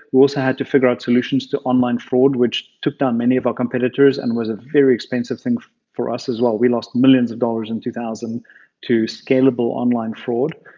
had to figure out solutions to online fraud which took down many of our competitors and was a very expensive thing for us as well. we lost millions of dollars in two thousand to scalable online fraud.